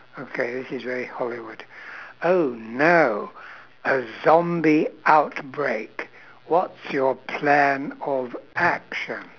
okay this is very hollywood oh no a zombie outbreak what's your plan of action